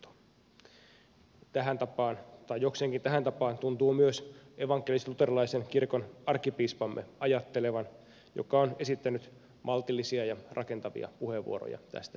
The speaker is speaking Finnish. jokseenkin tähän tapaan tuntuu ajattelevan myös evankelisluterilaisen kirkon arkkipiispamme joka on esittänyt maltillisia ja rakentavia puheenvuoroja tästä aiheesta